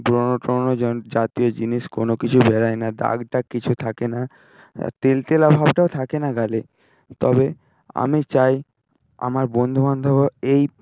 ব্রণ ট্রোনো জাতীয় জিনিস কোনো কিছু বেরোয় না দাগ টাগ কিছু থাকে না তেলতেলা ভাবটাও থাকে না গালে তবে আমি চাই আমার বন্ধুবান্ধব এই